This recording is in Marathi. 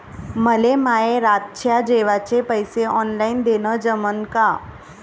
मले माये रातच्या जेवाचे पैसे ऑनलाईन देणं जमन का?